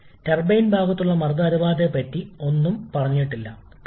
അതിനാൽ ടർബൈൻ ഘട്ടം 2 ൽ നിന്ന് നമ്മൾക്ക് ഉയർന്ന വർക്ക് ഔട്ട്പുട്ട് ലഭിക്കുന്നു